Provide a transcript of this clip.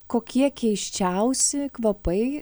kokie keisčiausi kvapai